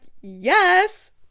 yes